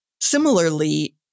Similarly